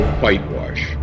whitewash